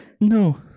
No